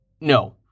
no